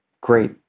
great